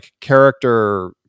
character